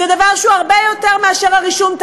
זה דבר שהוא הרבה יותר מאשר הרישום.